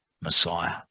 Messiah